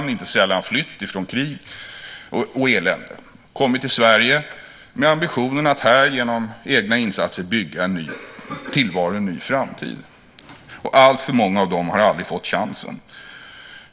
De har inte sällan flytt från krig och elände. De har kommit till Sverige med ambitionen att här genom egna insatser bygga en ny tillvaro och en ny framtid. Alltför många av dem har aldrig fått chansen.